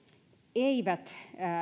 eivät